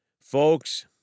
Folks